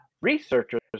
Researchers